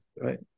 right